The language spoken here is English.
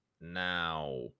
now